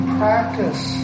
practice